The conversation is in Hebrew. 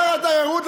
שר התיירות,